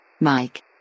Mike